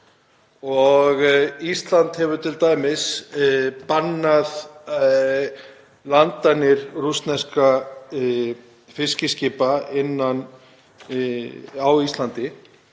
og Ísland hefur t.d. bannað landanir rússneska fiskiskipa á Íslandi.